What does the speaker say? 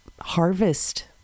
harvest